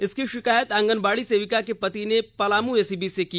इसकी शिकायत आंगनबाड़ी सेविका के पति ने पलामू एसीबी से की